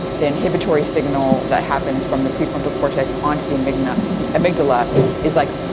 the inhibitory signal that happens from the prefrontal cortex onto the amygdala amygdala is, like,